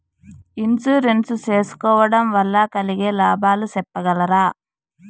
Insurance సేసుకోవడం వల్ల కలిగే లాభాలు సెప్పగలరా?